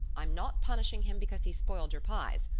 i'm not punishing him because he spoiled your pies.